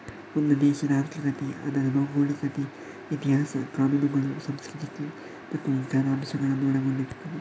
ಒಂದು ದೇಶದ ಆರ್ಥಿಕತೆ ಅದರ ಭೌಗೋಳಿಕತೆ, ಇತಿಹಾಸ, ಕಾನೂನುಗಳು, ಸಂಸ್ಕೃತಿ ಮತ್ತು ಇತರ ಅಂಶಗಳನ್ನ ಒಳಗೊಂಡಿದೆ